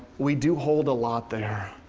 we do hold a lot there.